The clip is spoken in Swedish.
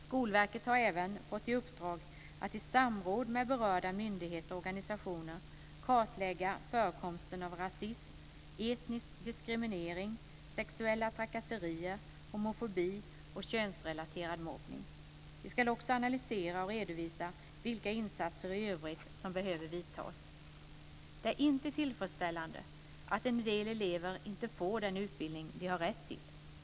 Skolverket har även fått ett uppdrag att i samråd med berörda myndigheter och organisationer kartlägga förekomsten av rasism, etnisk diskriminering, sexuella trakasserier, homofobi och könsrelaterad mobbning. Skolverket ska också analysera och redovisa vilka insatser i övrigt som behöver göras. Det är inte tillfredsställande att en del elever inte får den utbildning som de har rätt till.